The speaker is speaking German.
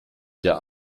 der